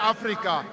Africa